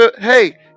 hey